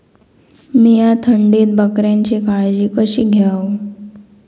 मीया थंडीत बकऱ्यांची काळजी कशी घेव?